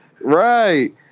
Right